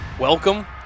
Welcome